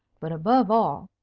but above all,